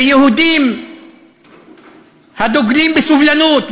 ויהודים הדוגלים בסובלנות,